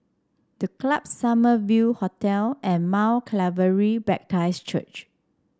The Club Summer View Hotel and Mount Calvary Baptist Church